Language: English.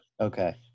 Okay